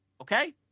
Okay